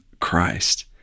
Christ